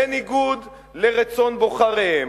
בניגוד לרצון בוחריהם,